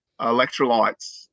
electrolytes